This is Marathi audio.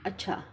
अच्छा